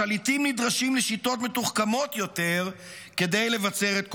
השליטים נדרשים לשיטות מתוחכמות יותר כדי לבצר את כוחם.